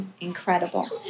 Incredible